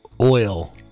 Oil